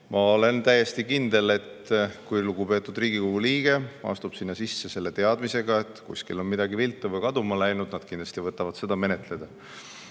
Ma olen täiesti kindel, et kui lugupeetud Riigikogu liige astub sinna sisse selle teadmisega, et kuskil on midagi viltu või kaduma läinud, nad kindlasti võtavad seda menetleda.